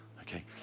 Okay